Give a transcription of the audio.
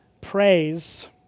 Praise